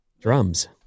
Drums